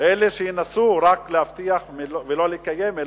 כאלה שינסו רק להבטיח ולא לקיים,